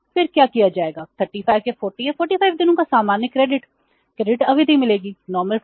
फिर क्या किया जाएगा 35 या 40 या 45 दिनों की सामान्य क्रेडिट अवधि